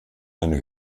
eine